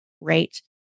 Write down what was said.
right